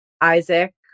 Isaac